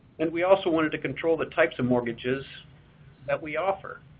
and we also wanted to control the types of mortgages that we offer.